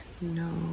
No